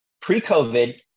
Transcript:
pre-covid